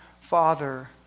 father